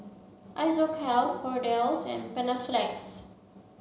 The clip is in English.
Isocal Kordel's and Panaflex